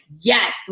yes